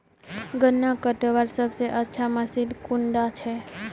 गन्ना कटवार सबसे अच्छा मशीन कुन डा छे?